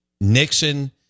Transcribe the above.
Nixon